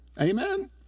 Amen